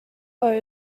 are